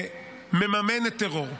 שמממנת טרור,